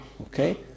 Okay